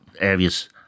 areas